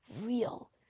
real